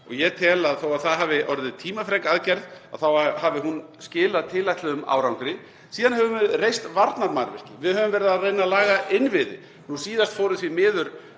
og ég tel að þó að það hafi orðið tímafrek aðgerð hafi hún skilað tilætluðum árangri. Síðan höfum við reist varnarmannvirki og við höfum verið að reyna að laga innviði. Nú síðast fóru því miður